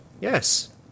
Yes